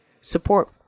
support